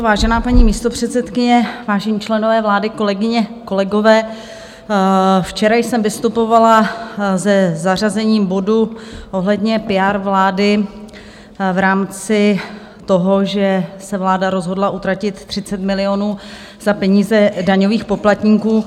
Vážená paní místopředsedkyně, vážení členové vlády, kolegyně, kolegové, včera jsem vystupovala se zařazením bodu ohledně PR vlády v rámci toho, že se vláda rozhodla utratit 30 milionů z peněz daňových poplatníků.